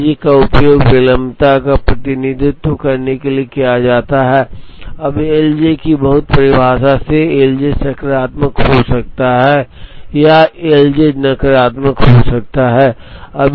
L J का उपयोग विलंबता का प्रतिनिधित्व करने के लिए किया जाता है अब एल जे की बहुत परिभाषा से एल जे सकारात्मक हो सकता है या एल जे नकारात्मक हो सकता है